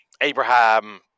Abraham